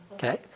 okay